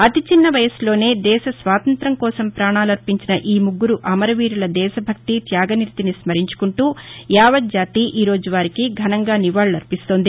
అతి చిన్న వయస్పులోనే దేశ స్వాతంత్ర్యంకోసం పాణాలర్పించిన ఈ ముగ్గురు అమరవీరుల దేశభక్తి త్యాగ నిరతిని స్మరించుకుంటూ యావత్ జాతి ఈ రోజు వారికి ఘనంగా నివాళులు అర్పిస్తోంది